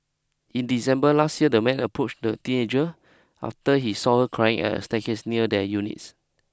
in December last year the man approached the teenager after he saw her crying at a staircase near their units